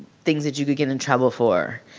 things that you could get in trouble for.